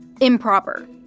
improper